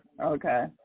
Okay